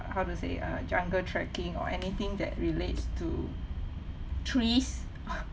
how to say uh jungle trekking or anything that relates to trees